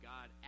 God